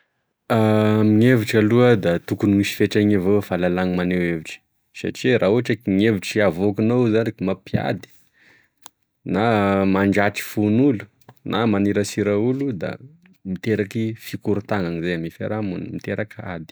amin'hevitro aloha da tokony hisy fetrany avao gne fahalalany maneho hevitry satria ra ohatry gne hevitry avokanao zany ka mapiady na mandratry fon'olo na manirasira olo da miteraky fikorontanane zay ame fiaramoniny miteraky ady.